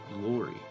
glory